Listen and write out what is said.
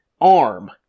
arm